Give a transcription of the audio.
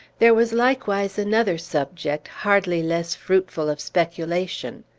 there was likewise another subject hardly less fruitful of speculation.